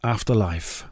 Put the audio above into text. Afterlife